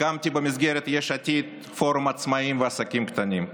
הקמתי במסגרת יש עתיד פורום עצמאים ועסקים קטנים.